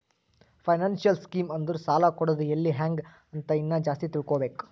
financial scheme ಅಂದುರ್ ಸಾಲ ಕೊಡದ್ ಎಲ್ಲಿ ಹ್ಯಾಂಗ್ ಅಂತ ಇನ್ನಾ ಜಾಸ್ತಿ ತಿಳ್ಕೋಬೇಕು